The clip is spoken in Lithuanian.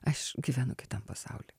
aš gyvenu kitam pasauly